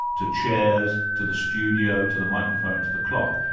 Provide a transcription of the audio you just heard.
to chairs, to the studio, to the microphone, to the clock.